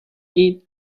eat